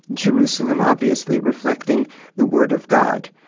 jerusalem obviously reflecting the word of god.